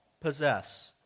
possess